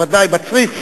בוודאי, בוודאי, בצריף,